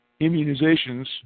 immunizations